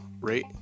rate